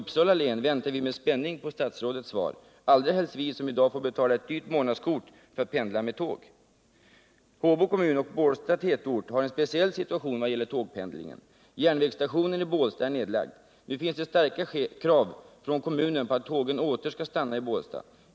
I Uppsala län väntar vi med spänning på statsrådets svar, allra helst vi som i dag får betala ett dyrt månadskort för att pendla med tåg. Håbo kommun och Bålsta tätort har en speciell situation när det gäller tågpendlingen. Järnvägsstationen i Bålsta är nedlagd. Nu finns det starka krav från kommunen på att tågen åter skall stanna i Bålsta.